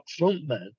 frontman